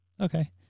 Okay